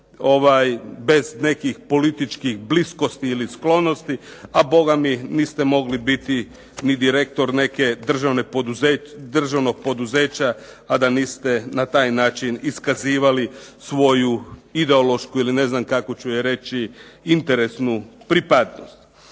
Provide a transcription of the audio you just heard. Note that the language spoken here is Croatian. bez nekih političkih bliskosti i sklonosti a niste mogli biti ni direktor nekog državnog poduzeća a da niste na taj način iskazivali svoju ideološku ili ne znam kako ću reći interesnu pripadnost.